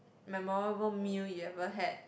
memorable meal you ever had